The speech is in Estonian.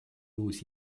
uus